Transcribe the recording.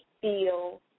feel